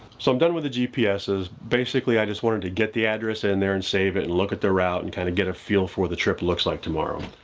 so i'm done with the gpss. basically, i just wanted to get the address in there and save it and look at the route and kind of get a feel for what the trip looks like tomorrow.